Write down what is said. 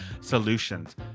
solutions